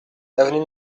avenue